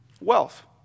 wealth